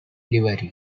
livery